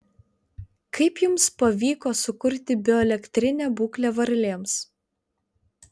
kaip jums pavyko sukurti bioelektrinę būklę varlėms